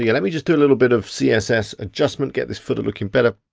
yeah let me just do a little bit of css adjustment get this footer looking better.